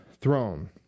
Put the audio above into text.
throne